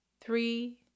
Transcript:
three